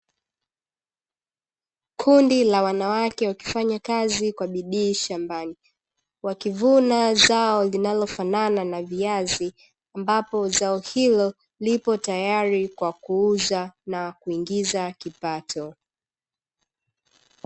Kundi la wanawake wakifanya kazi kwa bidii shambani, wakivuna zao linalofanana na viazi ambapo zao hilo lipo tayari kwa kuuza na kuingiza kipato.